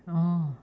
orh